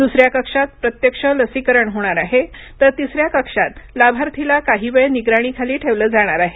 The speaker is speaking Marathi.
दुसऱ्या कक्षात प्रत्यक्ष लसीकरण होणार आहे तर तिसऱ्या कक्षात लाभार्थीला काही वेळ निगराणीखाली ठेवलं जाणार आहे